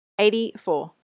84